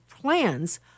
plans